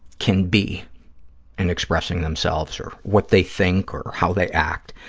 can be in expressing themselves or what they think or how they act.